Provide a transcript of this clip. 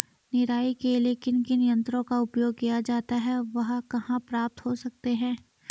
निराई के लिए किन किन यंत्रों का उपयोग किया जाता है वह कहाँ प्राप्त हो सकते हैं?